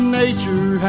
nature